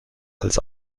als